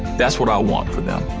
that's what i want for them.